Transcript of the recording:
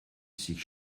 sich